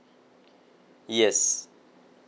yes